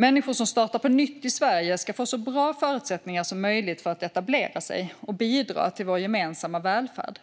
Människor som startar på nytt i Sverige ska få så bra förutsättningar som möjligt för att etablera sig och bidra till vår gemensamma välfärd.